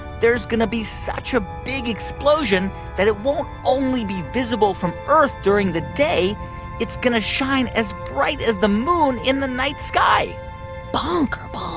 there's going to be such a big explosion that it won't only be visible from earth during the day it's going to shine as bright as the moon in the night sky bonkerballs